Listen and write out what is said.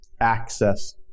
access